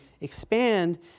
expand